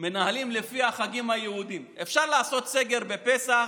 מנהלים לפי החגים היהודיים: אפשר לעשות סגר בפסח,